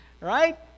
right